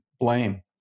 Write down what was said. Blame